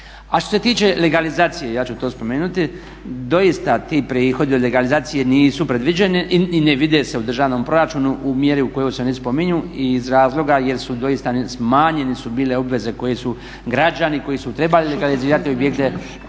A što se tiče legalizacije, ja ću to spomenuti, doista ti prihodi od legalizacije nisu predviđeni i ne vide se u državnom proračunu u mjeri u kojoj se oni spominju i iz razloga jer su doista smanjeni su bile obveze koje su građani koji su trebali legalizirati objekte